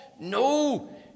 No